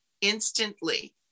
instantly